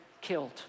killed